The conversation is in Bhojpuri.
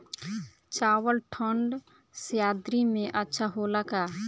चावल ठंढ सह्याद्री में अच्छा होला का?